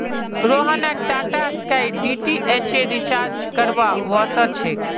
रोहनक टाटास्काई डीटीएचेर रिचार्ज करवा व स छेक